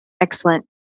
Excellent